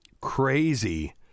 crazy